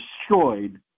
destroyed